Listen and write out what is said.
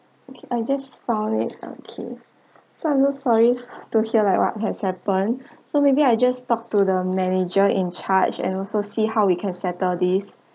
okay I just found it okay so I'm so sorry to hear like what has happen so maybe I just talk to the manager in charge and also see how we can settle this